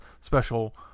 special